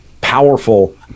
powerful